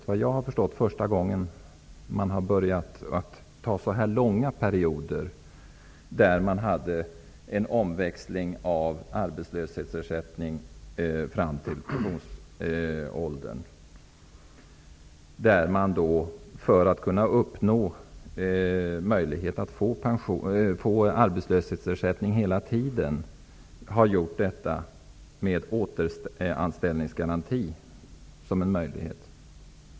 Vad jag har förstått är det första gången som man har haft så långa perioder med omväxlande arbetslöshetsersättning fram till pensionsåldern, där man för att kunna uppnå möjligheten att hela tiden få arbetslöshetsersättning har använt uppsägningar med återanställningsgaranti som en möjlighet.